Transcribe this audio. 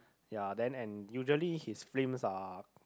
ya then and usually his frames are